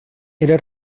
era